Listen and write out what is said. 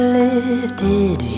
lifted